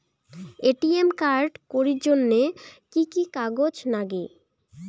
ATM card করির জন্যে কি কি কাগজ নাগে?